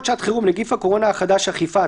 שעת חירום (נגיף הקורונה החדש אכיפה),